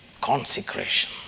Consecration